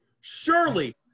surely